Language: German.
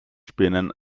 spinnern